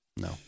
No